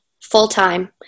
full-time